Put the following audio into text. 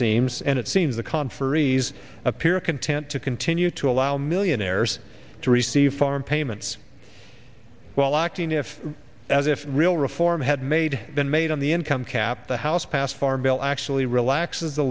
seems and it seems the conferees appear content to continue to allow millionaires to receive farm payments while acting if as if real reform had made been made on the income cap the house pass farm bill actually relaxes the